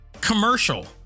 commercial